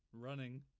Running